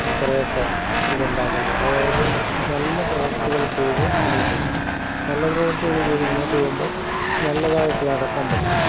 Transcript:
കുറേയൊക്കെ ഇതുണ്ടാകേണ്ടത് അതായത് നല്ല പ്രവൃത്തികള് ചെയ്തു മുന്നോട്ടു പോകണം നല്ല പ്രവൃത്തികൾ ചെയ്തു മുൻപോട്ടു പോകുമ്പം നല്ലതായിട്ടു നടക്കാൻ പറ്റും